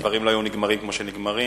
הדברים לא היו נגמרים כמו שהם נגמרו,